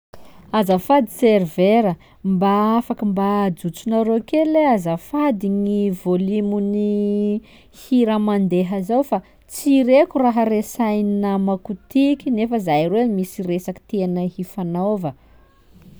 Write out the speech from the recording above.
Azafady servera, mba afaky mba ajotsonareo kely lay azafady gny volumony hira mandeha zao fa tsy reko raha resahin'ny namako tiky nefa zahay roy misy resaky tianay hifanaova.